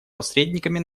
посредниками